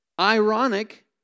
ironic